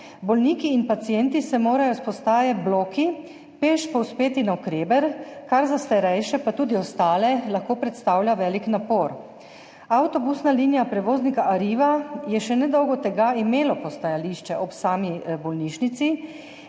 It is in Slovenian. Bolniki in pacienti se morajo s postaje Bloki peš povzpeti navkreber, kar za starejše, pa tudi ostale, lahko predstavlja velik napor. Avtobusna linija prevoznika Arriva je še nedolgo tega imela postajališče ob sami bolnišnici,